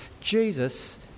Jesus